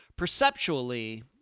perceptually